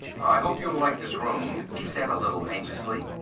i hope you will like this room, he said a little anxiously.